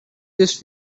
this